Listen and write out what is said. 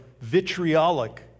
vitriolic